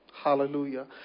Hallelujah